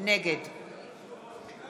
נגד עוזי דיין,